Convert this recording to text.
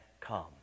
come